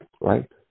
right